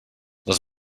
les